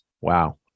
Wow